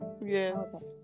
yes